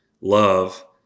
love